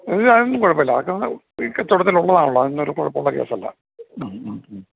ഇല്ല അതൊന്നും കുഴപ്പമില്ല അതൊക്കെ ഈ കച്ചവടത്തിലുള്ളതാണല്ലോ അതൊന്നും ഒരു കുഴപ്പമുള്ള കേസല്ല ഉം ഉം ഉം